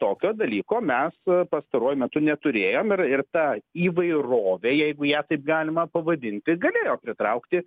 tokio dalyko mes pastaruoju metu neturėjom ir ir ta įvairovė jeigu ją taip galima pavadinti galėjo pritraukti